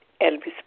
Elvis